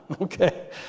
Okay